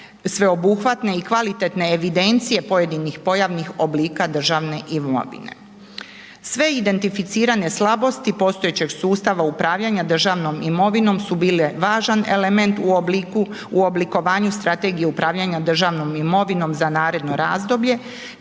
sveobuhvatne i kvalitetne evidencije pojedinih pojavnih oblika državne imovine. Sve identificirane slabosti postojećeg sustava upravljanja državnom imovinom su bile važan element u obliku, u oblikovanju strategije upravljanja državnom imovinom za naredno razdoblje,